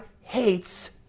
hates